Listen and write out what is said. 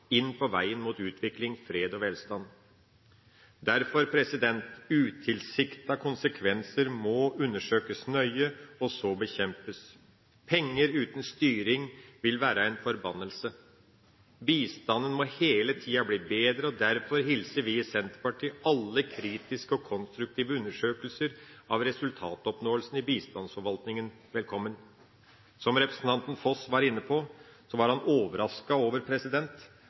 inn på veien mot utvikling, fred og velstand. Derfor må utilsiktede konsekvenser undersøkes nøye og så bekjempes. Penger uten styring vil være en forbannelse. Bistanden må hele tida bli bedre, og derfor hilser vi i Senterpartiet alle kritiske og konstruktive undersøkelser av resultatoppnåelsene i bistandsforvaltningen velkommen. Representanten Foss var inne på at han var overrasket over